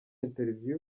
interview